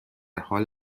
حال